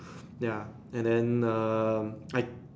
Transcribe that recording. ya and then um I